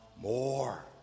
more